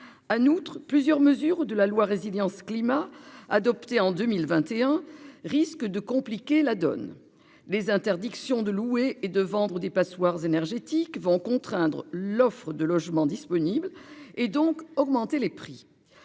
outre plusieurs mesures de la loi résilience climat adoptée en 2021 risque de compliquer la donne. Des interdictions de louer et de vendre des passoires énergétiques vont contraindre l'offre de logements disponibles et donc augmenter les prix.